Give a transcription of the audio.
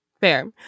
Fair